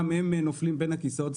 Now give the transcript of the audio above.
גם הם נופלים בין הכיסאות.